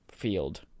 field